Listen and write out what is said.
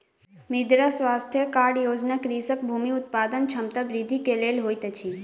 मृदा स्वास्थ्य कार्ड योजना कृषकक भूमि उत्पादन क्षमता वृद्धि के लेल होइत अछि